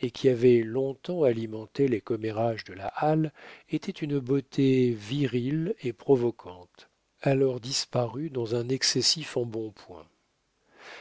et qui avait long-temps alimenté les commérages de la halle était une beauté virile et provoquante alors disparue dans un excessif embonpoint